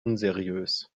unseriös